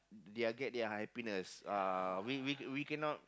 they are get their happiness uh we we we cannot